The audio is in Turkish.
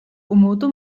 umudu